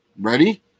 Ready